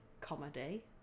comedy